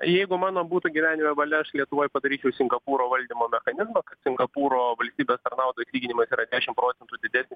jeigu mano būtų gyvenime valia aš lietuvoj padaryčiau singapūro valdymo mechanizmą kad singapūro valstybės tarnautojų atlyginimas yra kešim procentų didesnis